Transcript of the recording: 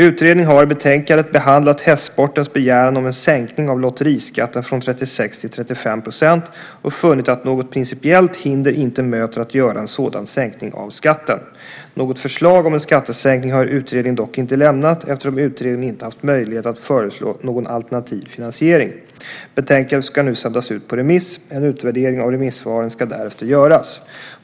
Utredningen har i betänkandet behandlat hästsportens begäran om en sänkning av lotteriskatten från 36 % till 35 % och funnit att något principiellt hinder inte möter att göra en sådan sänkning av skatten. Något förslag om en skattesänkning har utredningen dock inte lämnat eftersom utredningen inte haft möjlighet att föreslå någon alternativ finansiering. Betänkandet ska nu sändas ut på remiss. En utvärdering av remissvaren ska därefter göras.